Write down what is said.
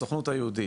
הסוכנות היהודית.